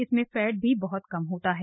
इसमें फैट भी बह्त कम होता है